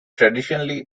traditionally